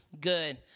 Good